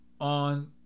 on